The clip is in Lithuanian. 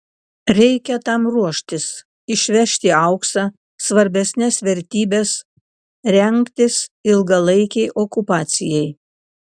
reikia tam ruoštis išvežti auksą svarbesnes vertybes rengtis ilgalaikei okupacijai